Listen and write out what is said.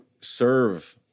serve